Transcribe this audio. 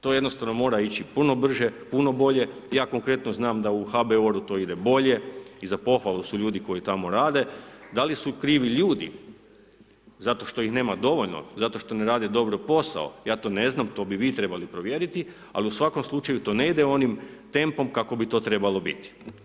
To jednostavno mora ići puno brže, puno bolje, ja konkretno znam da u HBOR-u to ide bolje i za pohvalu su ljudi koji tamo rade, da li su krivi ljudi, zato što ih nema dovoljno, zato što ne rade dobro posao, ja to ne znam, to bi vi trebali provjeriti, al u svakom slučaju to ne ide onim tempom kako bi to trebalo biti.